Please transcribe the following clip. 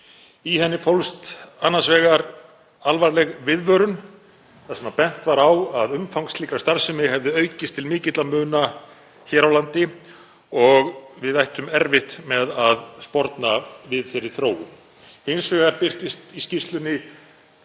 Í henni fólst annars vegar alvarleg viðvörun þar sem bent var á að umfang slíkrar starfsemi hefði aukist til mikilla muna hér á landi og við ættum erfitt með að sporna við þeirri þróun. Hins vegar birtist í skýrslunni